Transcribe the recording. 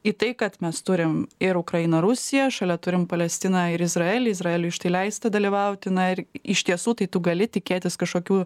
į tai kad mes turim ir ukrainą rusiją šalia turim palestiną ir izraelį izraeliui štai leista dalyvauti na ir iš tiesų tai tu gali tikėtis kažkokių